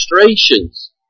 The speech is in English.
illustrations